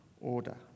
order